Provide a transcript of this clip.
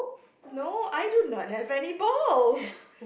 no I do not have any balls